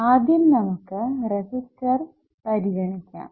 ആദ്യം നമുക്ക് റെസിസ്റ്റർ പരിഗണിക്കാം